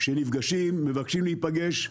שנפגשים או מבקשים להיפגש,